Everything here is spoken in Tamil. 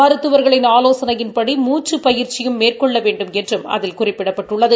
மருத்துவர்களின் ஆலோசனையின்படி மூச்சுப் பயிற்சியும் மேற்கொள்ள வேண்டுமென்றும் அதில் குறிப்பிடப்பட்டுள்ளது